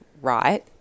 right